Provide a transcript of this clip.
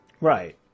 Right